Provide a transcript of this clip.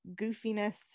goofiness